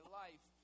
life